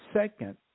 second